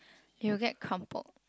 it will get crumpled